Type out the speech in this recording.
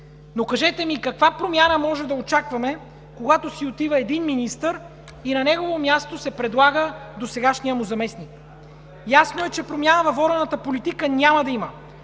Кажете ми обаче каква промяна може да очакваме, когато си отива един министър и на негово място се предлага досегашният му заместник? Ясно е, че промяна във водената политика няма да има.